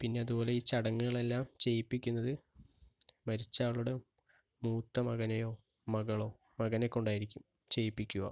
പിന്നെ അതുപോലെ ഈ ചടങ്ങുകളെല്ലാം ചെയ്യിപ്പിക്കുന്നത് മരിച്ച ആളുടെ മൂത്ത മകനെയോ മകളോ മകനെക്കൊണ്ടായിരിക്കും ചെയ്യിപ്പിക്കുക